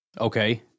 okay